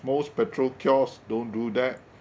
most petrol kiosk don't do that